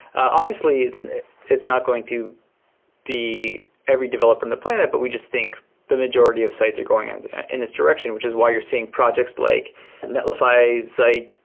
obviously, it's it's not going to be every developer in the planet, but we just think the majority of sites are going and in this direction, which is why you're seeing projects like netlify, zeit,